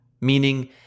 meaning